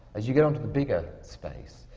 as you get onto the bigger space,